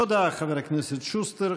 תודה, חבר הכנסת שוסטר.